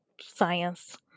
science